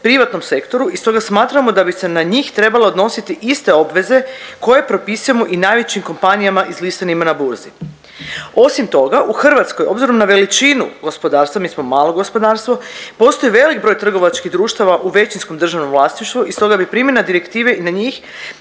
privatnom sektoru i stoga smatramo da bi se na njih trebale odnositi iste obveze koje propisujemo i najvećim kompanijama izlistanima na burzi. Osim toga u Hrvatskoj obzirom na veličinu gospodarstva, mi smo malo gospodarstvo, postoji velik broj trgovačkih društava u većinskom državnom vlasništvu i stoga bi primjena direktive i na njih